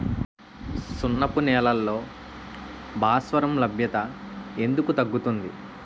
సున్నపు నేలల్లో భాస్వరం లభ్యత ఎందుకు తగ్గుతుంది?